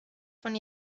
von